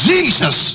Jesus